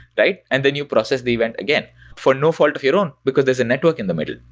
right? and then you process the event again for no fault of your own, because there's a network in the middle,